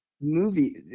Movie